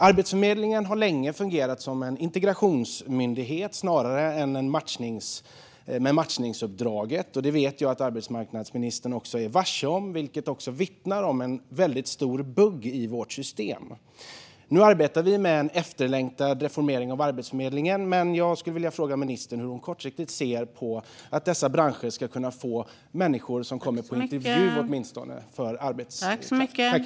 Arbetsförmedlingen har länge fungerat som en integrationsmyndighet snarare än som en myndighet med matchningsuppdrag, vilket jag vet att arbetsmarknadsministern är varse om. Detta vittnar om en väldigt stor bugg i vårt system. Nu arbetar vi med en efterlängtad reformering av Arbetsförmedlingen, men hur ser ministern kortsiktigt på att dessa branscher ska få människor att åtminstone komma på intervju?